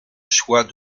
choix